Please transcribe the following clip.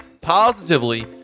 positively